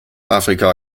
afrika